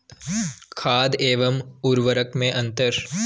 खाद एवं उर्वरक में अंतर?